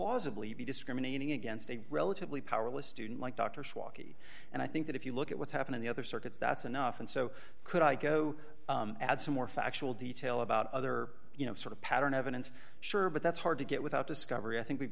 plausibly be discriminating against a relatively powerless student like dr swati and i think that if you look at what's happened in the other circuits that's enough and so could i go add some more factual detail about other you know sort of pattern evidence sure but that's hard to get without discovery i think we've